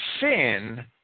sin